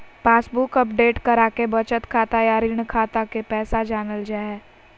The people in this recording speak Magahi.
पासबुक अपडेट कराके बचत खाता या ऋण खाता के पैसा जानल जा हय